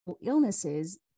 illnesses